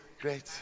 great